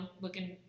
looking